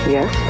Yes